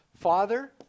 Father